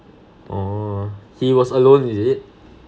oh he was alone is it